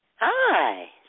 Hi